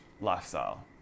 lifestyle